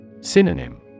Synonym